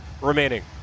remaining